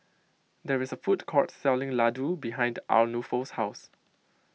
there is a food court selling Ladoo behind Arnulfo's house